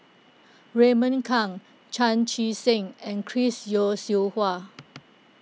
Raymond Kang Chan Chee Seng and Chris Yeo Siew Hua